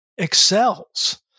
excels